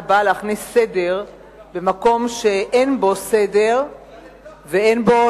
שבאה להכניס סדר במקום שאין בו סדר ואין בו,